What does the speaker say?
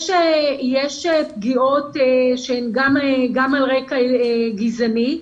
יש פגיעות שהן גם על רקע גזעני.